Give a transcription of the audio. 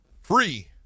free